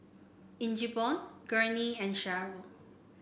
Ingeborg Gurney and Cheryll